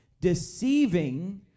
deceiving